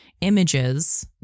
images